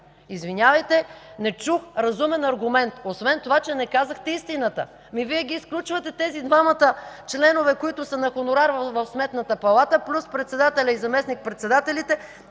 Извинявайте, не чух разумен аргумент, освен това че не казахте истината! Ами, Вие ги изключвате тези двамата членове, които са на хонорар в Сметната палата, плюс председателя и заместник-председателите